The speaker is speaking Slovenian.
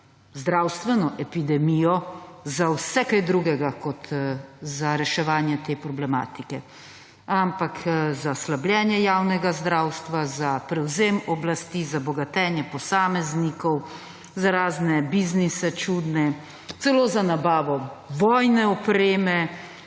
zdravstveno epidemijo za vse kaj drugega kot za reševanje te problematike, ampak za slabljenje javnega zdravstva, za prevzem oblasti, za bogatenje posameznikov, za razne čudne biznise, celo za nabavo vojne opreme.